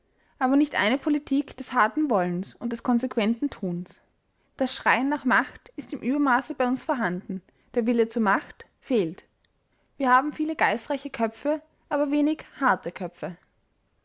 aber nicht eine politik des harten wollens und des konsequenten tuns das schreien nach macht ist im übermaße bei uns vorhanden der wille zur macht fehlt wir haben viele geistreiche köpfe aber wenig harte köpfe